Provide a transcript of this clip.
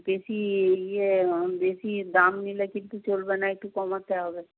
বেশি ইয়ে বেশি দাম নিলে কিন্তু চলবে না একটু কমাতে হবে